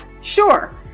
sure